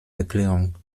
erklärung